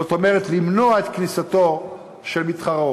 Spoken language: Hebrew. זאת אומרת, למנוע את כניסתו של מתחרה.